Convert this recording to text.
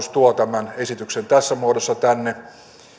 että hallitus tuo esityksen tässä muodossa tänne